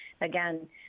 again